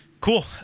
Cool